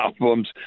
albums